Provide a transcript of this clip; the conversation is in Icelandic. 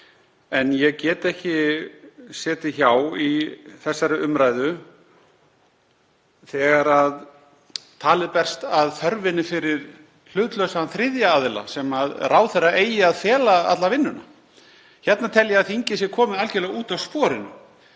En ég get ekki setið hjá í þessari umræðu þegar talið berst að þörfinni fyrir hlutlausan þriðja aðila sem ráðherra eigi að fela alla vinnuna. Hérna tel ég að þingið sé komið algerlega út af sporinu.